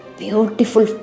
beautiful